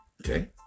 Okay